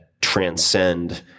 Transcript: transcend